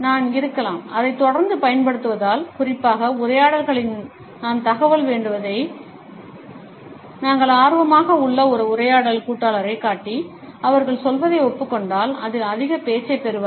நான்இருக்கலாம் அதை தொடர்ந்து பயன்படுத்துவதால் குறிப்பாக உரையாடல்களில் நான் தகவல் தோண்டுவதை நான் நாங்கள் ஆர்வமாக உள்ள ஒரு உரையாடல் கூட்டாளரைக் காட்டி அவர்கள் சொல்வதை ஒப்புக் கொண்டால் அவர்கள் அதிக பேச்சைப் பெறுவார்கள்